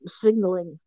signaling